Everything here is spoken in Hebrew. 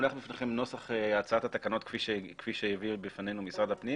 מונח בפניכם נוסח הצעת התקנות כפי שהעביר משרד הפנים